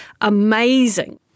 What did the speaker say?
amazing